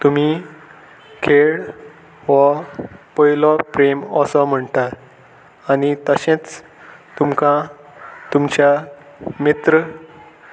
तुमी खेळ हो पयलो प्रेम असो म्हणटात आनी तशेंच तुमकां तुमच्या मित्र